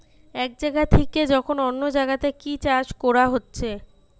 এক জাগা থিকে যখন অন্য জাগাতে কি চাষ কোরা হচ্ছে